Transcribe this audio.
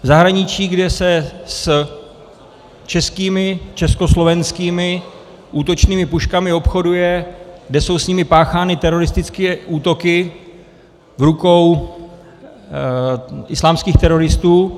V zahraničí, kde se s českými, československými útočnými puškami obchoduje, kde jsou s nimi páchány teroristické útoky rukou islámských teroristů.